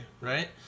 Right